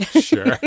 Sure